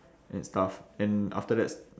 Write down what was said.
and stuff and after that